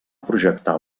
projectar